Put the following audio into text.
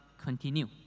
continue